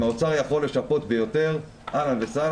אם האוצר יכול לשפות ביותר זה מבורך,